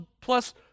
plus